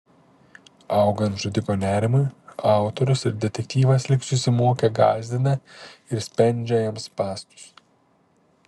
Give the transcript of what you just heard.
augant žudiko nerimui autorius ir detektyvas lyg susimokę gąsdina ir spendžia jam spąstus